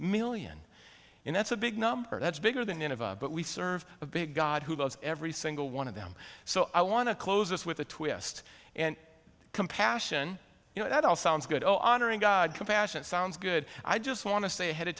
million and that's a big number that's bigger than in a but we serve a big god who loves every single one of them so i want to close this with a twist and compassion you know that all sounds good oh honoring god compassionate sounds good i just want to say had